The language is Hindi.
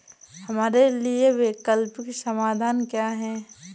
हमारे लिए वैकल्पिक समाधान क्या है?